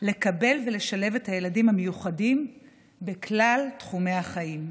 לקבל ולשלב את הילדים המיוחדים בכלל תחומי החיים.